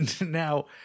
Now